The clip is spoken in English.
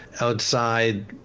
outside